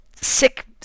sick